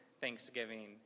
Thanksgiving